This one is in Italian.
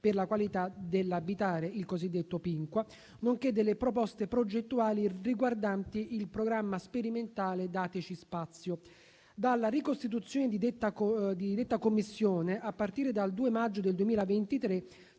per la qualità dell'abitare (Pinqua) nonché delle proposte progettuali riguardanti il programma sperimentale Dateci spazio. Dalla ricostituzione di detta commissione, a partire dal 2 maggio 2023,